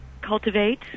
cultivate